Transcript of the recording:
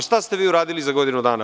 Šta ste vi uradili za godinu dana?